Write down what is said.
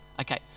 okay